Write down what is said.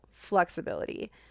flexibility